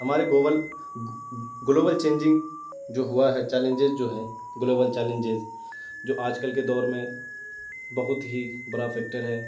ہمارے Google global changing جو ہوا ہے چیلینجز جو ہیں گلوبل چیلینجز جو آج کل کے دور میں بہت ہی بڑا فیکٹر ہے